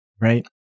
right